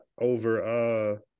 over –